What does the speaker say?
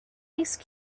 ice